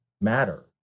matter